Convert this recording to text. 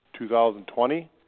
2020